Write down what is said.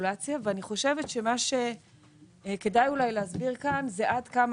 הרגולציה ואני חושבת שמה שכדאי אולי להסביר כאן זה עד כמה